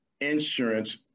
insurance